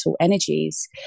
energies